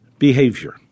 Behavior